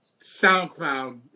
SoundCloud